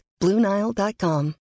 BlueNile.com